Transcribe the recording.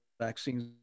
vaccines